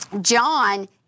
John